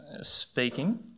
speaking